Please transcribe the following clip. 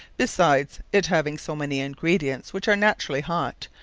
besides, it having so many ingredients, which are naturally hot,